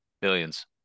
Billions